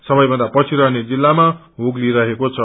सबैभन्दा पछि रहने जिल्लामा हुगली रहेको छ